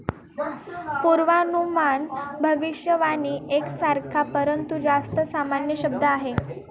पूर्वानुमान भविष्यवाणी एक सारखा, परंतु जास्त सामान्य शब्द आहे